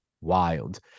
wild